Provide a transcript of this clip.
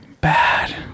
bad